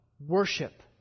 Worship